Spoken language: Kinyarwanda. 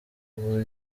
uburyo